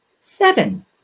Seven